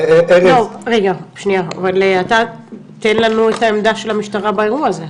תן לנו את העמדה של המשטרה באירוע הזה.